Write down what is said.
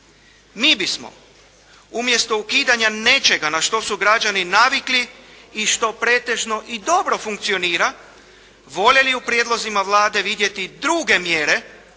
Mi bismo umjesto ukidanja nečega na što su građani navikli i što pretežno i dobro funkcionira voljeli u prijedlozima Vlade vidjeti druge mjere